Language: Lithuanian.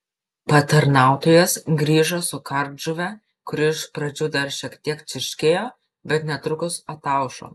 patarnautojas grįžo su kardžuve kuri iš pradžių dar šiek tiek čirškėjo bet netrukus ataušo